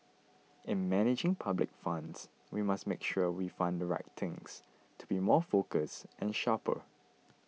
in managing public funds we must make sure we fund the right things to be more focused and sharper